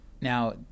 Now